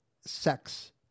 sex